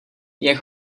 jak